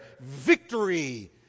victory